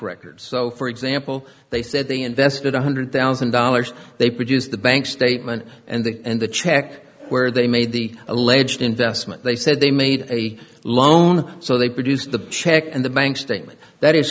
records so for example they said they invested one hundred thousand dollars they produced the bank statement and the and the check where they made the alleged investment they said they made a loan so they produced the check and the banks that